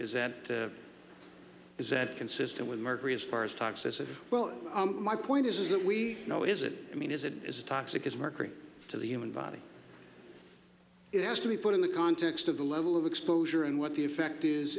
is that is that consistent with mercury as far as toxicity well my point is is that we know is it i mean is it as toxic as mercury to the human body it has to be put in the context of the level of exposure and what the effect is